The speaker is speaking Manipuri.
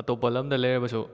ꯑꯇꯣꯞꯄ ꯂꯝꯗ ꯂꯩꯔꯕꯁꯨ